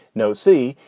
no see,